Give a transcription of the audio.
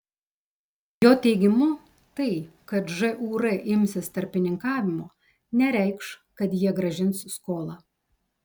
jo teigimu tai kad žūr imsis tarpininkavimo nereikš kad jie grąžins skolą